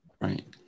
right